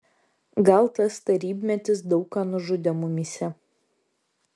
gal tas tarybmetis daug ką nužudė mumyse